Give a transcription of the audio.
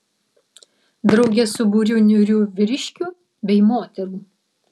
drauge su būriu niūrių vyriškių bei moterų